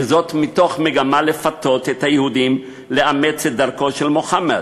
וזאת מתוך מגמה לפתות את היהודים לאמץ את דרכו של מוחמד.